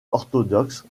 orthodoxes